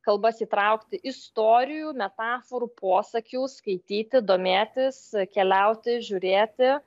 kalbas įtraukti istorijų metaforų posakių skaityti domėtis keliauti žiūrėti